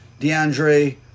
DeAndre